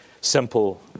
simple